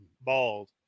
bald